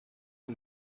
and